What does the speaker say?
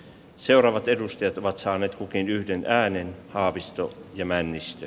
seuraavat edustajat ovat saaneet kukin yhteen ääneen haavisto ja männistö